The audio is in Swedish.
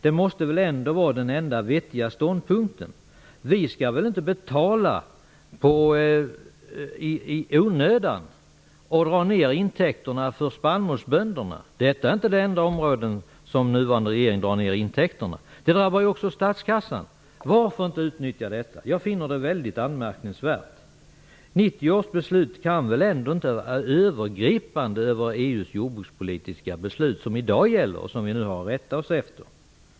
Det måste väl ändå vara den enda vettiga ståndpunkten. Vi skall väl inte så att säga betala i onödan och dra ned intäkterna för spannmålsbönderna - detta är inte heller det enda område som regeringen drar ned intäkterna på. Detta drabbar ju också statskassan. Varför skall vi inte utnyttja det som gäller? Jag finner det mycket anmärkningsvärt. 1990 års livsmedelspolitiska beslut kan väl inte vara övergripande EU:s jordbrukspolitiska beslut som i dag gäller, och som vi har att rätta oss efter.